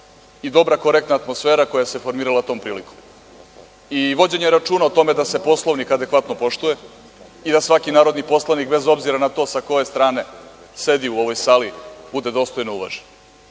o dobra korektna atmosfera koja se formirala tom prilikom. I vođenje računa o tome da se Poslovnik adekvatno poštuje i da svaki narodni poslanik bez obzira na to sa koje strane sedi u ovoj sali, bude dostojno uvažen.